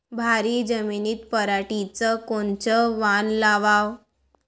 भारी जमिनीत पराटीचं कोनचं वान लावाव?